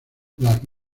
las